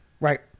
Right